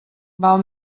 val